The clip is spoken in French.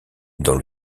dans